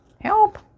help